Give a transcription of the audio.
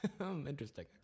interesting